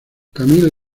camille